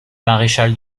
maréchal